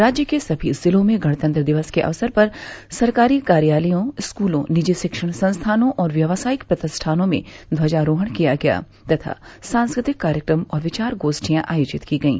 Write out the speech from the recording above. राज्य के सभी जिलों में गणतंत्र दिवस के अवसर पर सरकारी कार्यालयों स्कूलों निजी शिक्षण संस्थानों और व्यावसायिक प्रतिष्ठानों में ध्वजारोहण किया गया तथा सांस्कृतिक कार्यक्रम और विचार गोष्ठियां आयोजित की गयी